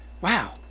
Wow